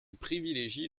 privilégie